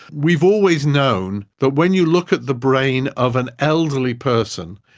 we've always known that when you look at the brain of an elderly person,